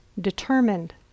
determined